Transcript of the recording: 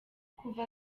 kuva